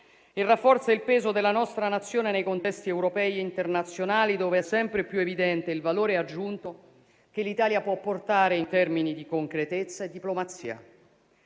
e rafforza il peso della nostra Nazione nei contesti europei e internazionali, dove è sempre più evidente il valore aggiunto che l'Italia può portare in termini di concretezza e diplomazia.